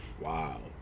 wow